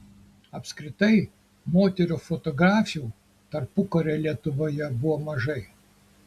apskritai moterų fotografių tarpukario lietuvoje buvo mažai